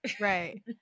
right